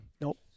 Nope